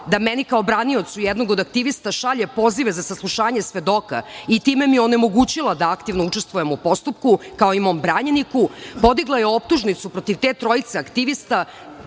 da meni kao braniocu jednog od aktivista šalje pozive za saslušanje svedoka i time mi onemogućila da aktivno učestvujemo u postupku, kao i mom branjeniku, podigla je optužnicu protiv te trojice aktivista